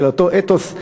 בגלל אותו אתוס,